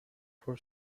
for